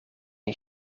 een